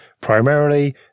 Primarily